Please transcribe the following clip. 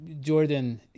Jordan